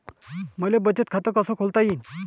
मले बचत खाते कसं खोलता येईन?